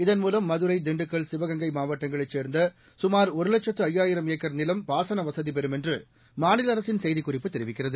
இதன் மூலம் மதுரை திண்டுக்கல் சிவகங்கை மாவட்டங்களைச் சேர்ந்த சுமாா் ஒரு லட்சத்து ஐயாயிரம் ஏக்கர் நிலம் பாசன வசதிபெறும் என்று மாநில அரசின் செய்திக்குறிப்பு தெரிவிக்கிறது